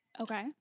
Okay